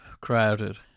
crowded